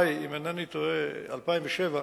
אינני טועה, עד 31 במאי 2007